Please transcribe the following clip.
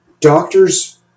doctors